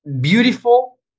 beautiful